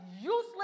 useless